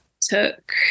took